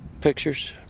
pictures